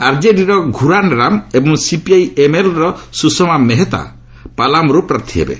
ଆର୍ଜେଡିର ଘ୍ରରାନ୍ ରାମ୍ ଏବଂ ସିପିଆଇ ଏମ୍ଏଲ୍ର ସ୍ରଷମା ମେହେତା ପାଲାମ୍ବୁଁର୍ ପ୍ରାର୍ଥୀ ହେବେ